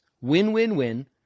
win-win-win